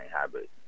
habit